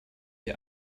sie